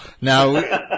Now